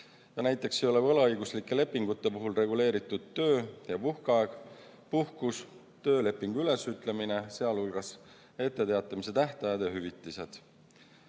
näiteks ei ole võlaõiguslike lepingute puhul reguleeritud töö- ja puhkeaeg, puhkus, töölepingu ülesütlemine, sealhulgas etteteatamise tähtajad ja hüvitised.